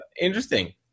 interesting